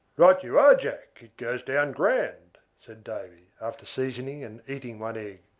right you are, jack it goes down grand, said davy, after seasoning and eating one egg.